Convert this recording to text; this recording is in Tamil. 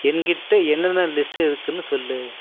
என்கிட்டே என்னென்ன லிஸ்ட் இருக்குதுன்னு சொல்